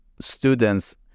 students